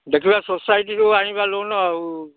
ଦେଖିବା ସୋସାଇଟିରୁ ଆଣିବା ଲୋନ୍ ଆଉ